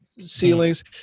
Ceilings